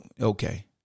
Okay